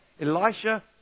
Elisha